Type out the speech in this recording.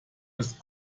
ist